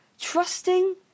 Trusting